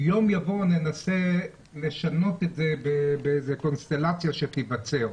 יום יבוא וננסה לשנות את זה בקונסטלציה שתיווצר,